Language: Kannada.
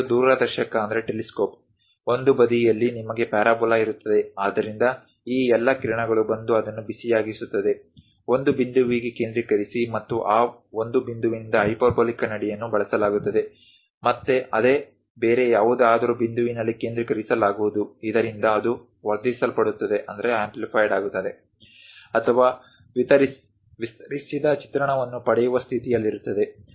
ಇದು ದೂರದರ್ಶಕ ಒಂದು ಬದಿಯಲ್ಲಿ ನಿಮಗೆ ಪ್ಯಾರಾಬೋಲಾ ಇರುತ್ತದೆ ಆದ್ದರಿಂದ ಈ ಎಲ್ಲಾ ಕಿರಣಗಳು ಬಂದು ಅದನ್ನು ಬಿಸಿಯಾಗಿಸುತ್ತದೆ ಒಂದು ಬಿಂದುವಿಗೆ ಕೇಂದ್ರೀಕರಿಸಿ ಮತ್ತು ಆ ಒಂದು ಬಿಂದುವಿನಿಂದ ಹೈಪರ್ಬೋಲಿಕ್ ಕನ್ನಡಿಯನ್ನು ಬಳಸಲಾಗುತ್ತದೆ ಮತ್ತೆ ಅದನ್ನು ಬೇರೆ ಯಾವುದಾದರೂ ಬಿಂದುವಿನಲ್ಲಿ ಕೇಂದ್ರೀಕರಿಸಲಾಗುವುದು ಇದರಿಂದ ಅದು ವರ್ಧಿಸಲ್ಪಡುತ್ತದೆ ಅಥವಾ ವಿಸ್ತರಿಸಿದ ಚಿತ್ರಣವನ್ನು ಪಡೆಯುವ ಸ್ಥಿತಿಯಲ್ಲಿರುತ್ತದೆ